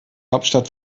hauptstadt